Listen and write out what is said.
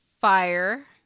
fire